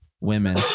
women